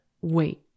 wait